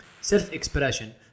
Self-expression